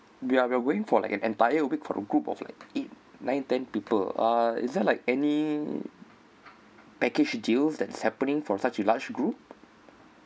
we are we are going for like an entire week for a group of like eight nine ten people uh is there like any package deals that's happening for such a large group